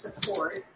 support